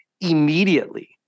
immediately